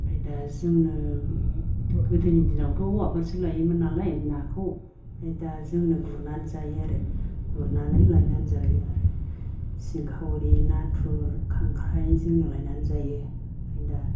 ओमफ्राय दा जोंनो गोदोनि दिनावथ' हौवाफोरसो लायोमोन नालाय नाखौ आमफाय दा जोंनो गुरनानै जायो आरो गुरनानै लायनानै जायो आरो सिंखावरि नाथुर खांख्राय जोंनो लायनानै जायो ओमफ्राय दा